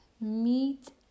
meet